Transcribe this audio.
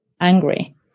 angry